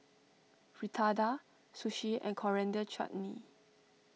Fritada Sushi and Coriander Chutney